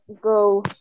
go